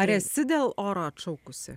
ar esi dėl oro atšaukusi